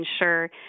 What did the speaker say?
ensure